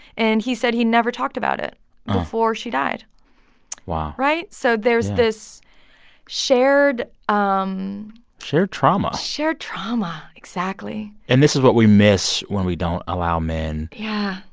and he said he'd never talked about it before she died wow right? yeah so there's this shared. um shared trauma shared trauma, exactly and this is what we miss when we don't allow men. yeah.